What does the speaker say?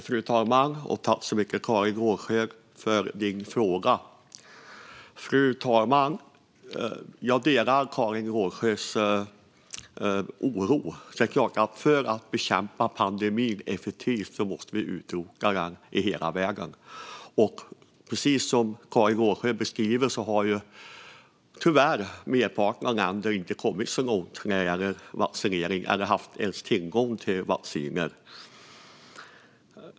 Fru talman! Jag tackar Karin Rågsjö för frågan. Fru talman! Jag delar Karin Rågsjös oro. För att bekämpa pandemin effektivt måste vi utrota den i hela världen. Precis som Karin Rågsjö beskriver har tyvärr merparten av länderna inte kommit så långt med vaccineringen eller ens haft tillgång till vaccin.